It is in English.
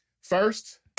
First